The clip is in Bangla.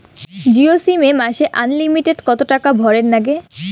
জিও সিম এ মাসে আনলিমিটেড কত টাকা ভরের নাগে?